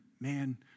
man